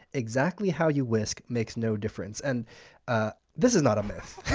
exactly how you whisk makes no difference. and ah this is not a myth.